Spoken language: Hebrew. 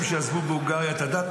אנשים שעזבו בהונגריה את הדת,